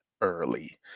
early